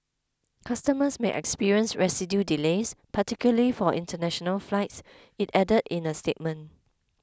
customers may experience residual delays particularly for international flights it added in a statement